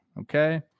Okay